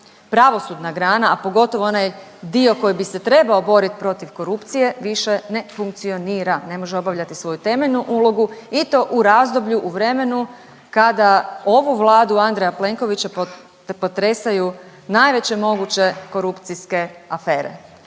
pravosudna grana, a pogotovo onaj dio koji bi se trebao borit protiv korupcije više ne funkcionira, ne može obavljati svoju temeljnu ulogu i to u razdoblju u vremenu kada ovu Vladu Andreja Plenkovića potresaju najveće moguće korupcijske afere.